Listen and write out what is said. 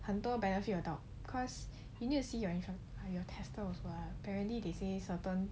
很多 benefit about cause you need to see your apparently they say certain